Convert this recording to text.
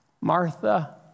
Martha